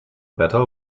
battle